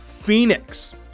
phoenix